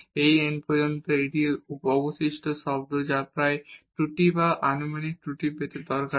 এই n পর্যন্ত এবং এটি অবশিষ্ট শব্দ যা প্রায়ই ত্রুটি বা আনুমানিক ত্রুটির অনুমান পেতে দরকারী